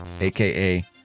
AKA